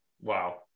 Wow